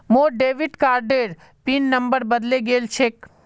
मोर डेबिट कार्डेर pin number बदले गेल छेक